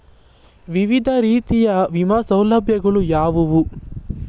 ವಿವಿಧ ರೀತಿಯ ವಿಮಾ ಸೌಲಭ್ಯಗಳು ಯಾವುವು?